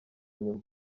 nyuma